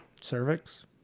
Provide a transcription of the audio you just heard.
cervix